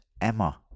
Emma